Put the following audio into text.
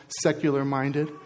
secular-minded